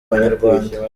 abanyarwanda